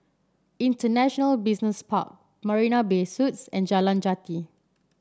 International Business Park Marina Bay Suites and Jalan Jati